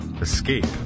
Escape